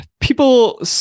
people